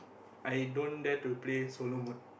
i don't dare to play solo mode